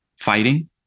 fighting